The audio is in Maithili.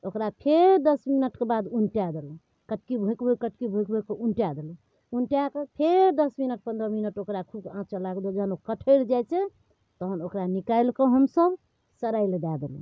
ओकरा फेर दस मिनटके बाद उलटा देलहुँ कटकी भोँकि भोँकि कटकी भोँकि भोँकिकऽ उलटा देलहुँ उलटाकऽ फेर दस मिनट पनरह मिनट ओकरा खूब आँच लगाकऽ जखन ओ कठरि जाइ छै तहन ओकरा निकालिकऽ हमसभ सराइलए दऽ देलहुँ